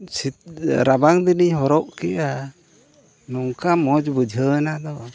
ᱨᱟᱵᱟᱝ ᱫᱤᱱ ᱤᱧ ᱦᱚᱨᱚᱜ ᱠᱮᱜᱼᱟ ᱱᱚᱝᱠᱟ ᱢᱚᱡᱽ ᱵᱩᱡᱷᱟᱹᱣᱱᱟ ᱫᱚ